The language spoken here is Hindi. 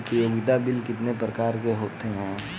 उपयोगिता बिल कितने प्रकार के होते हैं?